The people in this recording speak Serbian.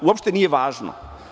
Uopšte nije važno.